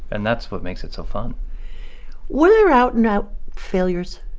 and that's what makes it so fun were there out-and-out failures?